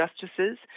justices